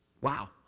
Wow